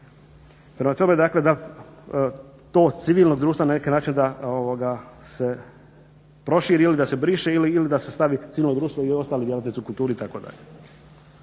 Prema tome, dakle da to civilno društvo na neki način da se proširi ili da se briše ili da se stavi civilno društvo i ostali djelatnici u kulturi itd.